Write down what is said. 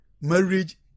marriage